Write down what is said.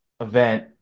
event